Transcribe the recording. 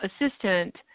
assistant